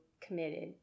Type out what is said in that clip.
committed